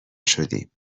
شدیم